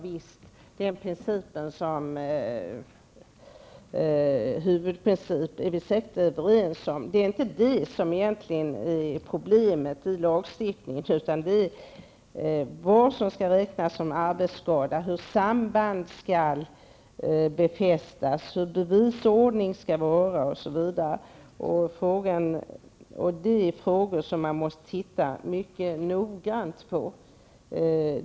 Det är en huvudprincip som vi säkert är överens om. Det är inte detta som är det egentliga problemet i lagstiftningen, utan det är vad som skall räknas som arbetsskada, hur sambandet skall befästas, hur bevisordningen skall vara osv. Dessa frågor måste man titta mycket noga på.